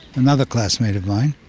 another classmate of mine.